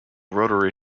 rotary